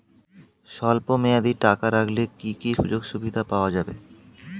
স্বল্পমেয়াদী টাকা রাখলে কি কি সুযোগ সুবিধা পাওয়া যাবে?